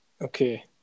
Okay